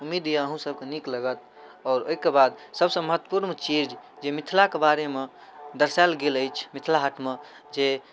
उम्मीद अइ अहूँसभके नीक लगत आओर ओहिके बाद सबसँ महत्वपूर्ण चीज जे मिथिलाके बारेमे दर्शाएल गेल अछि मिथिला हाटमे जे